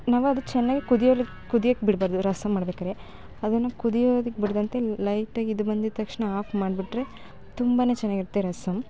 ನಾವು ಅದು ಚೆನ್ನಾಗಿ ಕುದಿಯಲಿಕ್ಕೆ ಕುದಿಯೋಕ್ ಬಿಡಬಾರ್ದು ರಸಮ್ ಮಾಡ್ಬೇಕಾದ್ರೆ ಅದನ್ನು ಕುದಿಯೋದಕ್ ಬಿಡದಂತೆ ಲೈಟಾಗಿ ಇದು ಬಂದಿದ ತಕ್ಷಣ ಆಫ್ ಮಾಡಿಬಿಟ್ರೆ ತುಂಬಾ ಚೆನ್ನಾಗಿರುತ್ತೆ ರಸಮ್